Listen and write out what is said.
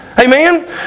Amen